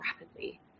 rapidly